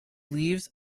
leaves